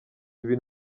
ibi